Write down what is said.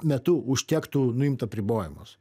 metu užtektų nuimt apribojimus